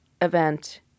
event